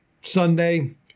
Sunday